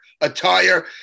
attire